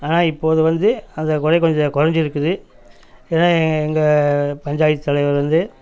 ஆனால் இப்போது வந்து அந்த குறை கொஞ்சம் குறைஞ்சிருக்குது ஏன்னா எங்கள் பஞ்சாயத்து தலைவர் வந்து